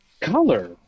color